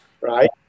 right